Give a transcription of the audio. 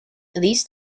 these